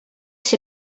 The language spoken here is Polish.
się